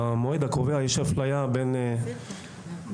הקובע יש אפליה בין המגדלים.